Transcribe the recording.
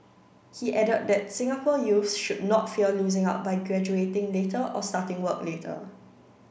he added that Singapore youths should not fear losing out by graduating later or starting work later